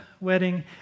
wedding